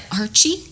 Archie